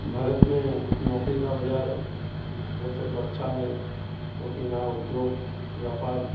भारत मे नौकरी का बजार वैसे तो अच्छा है क्योकि यहाँ उद्योग व्यापार